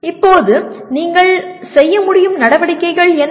இப்போது நீங்கள் செய்ய முடியும் நடவடிக்கைகள் என்ன